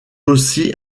aussi